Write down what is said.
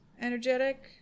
Energetic